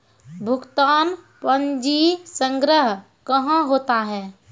भुगतान पंजी संग्रह कहां होता हैं?